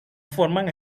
forman